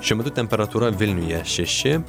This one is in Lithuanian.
šiuo metu temperatūra vilniuje šeši